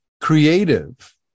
creative